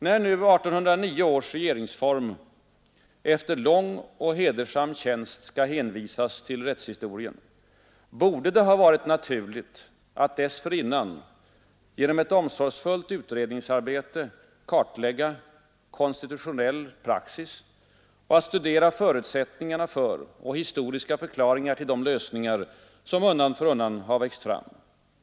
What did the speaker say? När nu 1809 års regeringsform efter lång och hedersam tjänst skall hänvisas till rättshis torien, borde det ha varit naturligt att dessförinnan genom ett omso fullt utredningsarbete kartlägga konstitutionell praxis och studera förutsättningar för och historiska förklaringar till de lösningar som undan för undan växt fram.